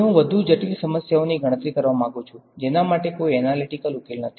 હવે હું વધુ જટિલ સમસ્યાઓની ગણતરી કરવા માંગુ છું જેના માટે કોઈ એનાલીટીકલ ઉકેલ નથી